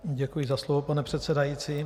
Děkuji za slovo, pane předsedající.